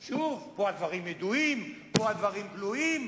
שוב, פה הדברים ידועים, פה הדברים גלויים.